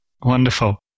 Wonderful